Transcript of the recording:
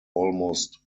almost